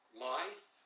life